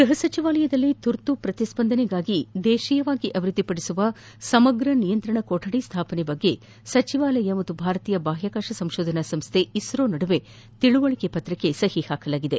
ಗೃಹ ಸಚಿವಾಲಯದಲ್ಲಿ ತುರ್ತು ಪ್ರತಿಸ್ವಂದನೆಗಾಗಿ ದೇಶೀಯವಾಗಿ ಅಭಿವೃದ್ದಿಪಡಿಸುವ ಸಮಗ್ರ ನಿಯಂತ್ರಣ ಕೊರಡಿ ಸ್ಥಾಪನೆ ಕುರಿತು ಸಚಿವಾಲಯ ಮತ್ತು ಭಾರತೀಯ ಬಾಹ್ಯಾಕಾಶ ಸಂಶೋಧನಾ ಸಂಸ್ಲೆ ಇಸ್ರೋ ನಡುವೆ ತಿಳುವಳಿಕೆ ಪತ್ರಕ್ಕೆ ಸಹಿ ಹಾಕಲಾಗಿದೆ